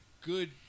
good